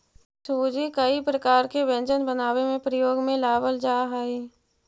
सूजी कई प्रकार के व्यंजन बनावे में प्रयोग में लावल जा हई